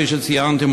כפי שציינתי,